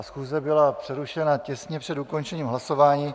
Schůze byla přerušena těsně před ukončením hlasování.